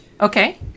okay